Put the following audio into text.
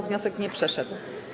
Wniosek nie przeszedł.